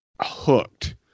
hooked